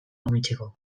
mamitzeko